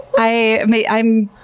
i mean, i'm